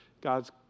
God's